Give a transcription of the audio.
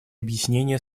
объяснение